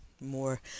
more